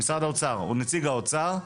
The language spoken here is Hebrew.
ליואב, נציג האוצר.